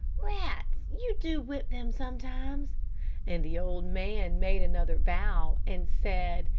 rats! you do whip them sometimes and the old man made another bow, and said,